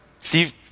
Steve